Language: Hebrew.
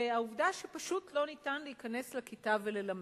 והעובדה שפשוט לא ניתן להיכנס לכיתה וללמד.